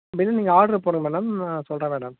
bill நீங்கள் ஆட்ரு போடுங்கள் மேடம் நான் சொல்கிறேன் மேடம்